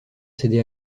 céder